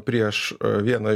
prieš vieną